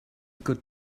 got